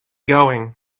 going